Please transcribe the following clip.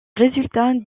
résultats